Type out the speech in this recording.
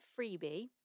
freebie